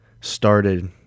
started